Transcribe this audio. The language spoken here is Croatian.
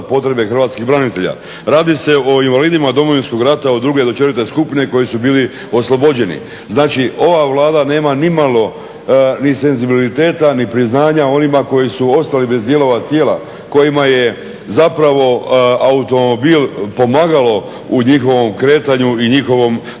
potrebe hrvatskih branitelja. Radi se o invalidima Domovinskog rata od druge do četvrte skupine koji su bili oslobođeni. Znači, ova Vlada nema ni malo ni senzibiliteta ni priznanja onima koji su ostali bez dijelova tijela, kojima je zapravo automobil pomagalo u njihovom kretanju i njihovom